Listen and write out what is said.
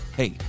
hey